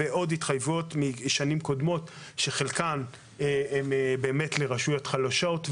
ועוד התחייבויות משנים קודמות - חלקן הן לרשויות חלשות,